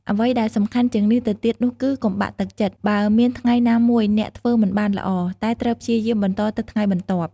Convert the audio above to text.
អ្វីដែលសំខាន់ជាងនេះទៅទៀតនោះគឺ កុំបាក់ទឹកចិត្ត បើមានថ្ងៃណាមួយអ្នកធ្វើមិនបានល្អ តែត្រូវព្យាយាមបន្តនៅថ្ងៃបន្ទាប់។